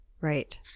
Right